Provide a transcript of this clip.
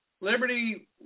liberty